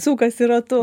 sukasi ratu